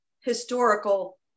historical